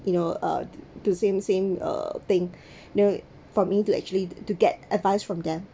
you know uh to same same uh thing know it for me to actually to get advice from them